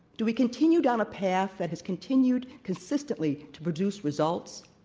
do we continue down a path that has continued consistently to produce results?